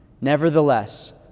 Nevertheless